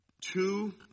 Two